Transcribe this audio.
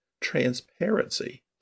transparency